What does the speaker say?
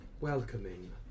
welcoming